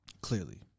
Clearly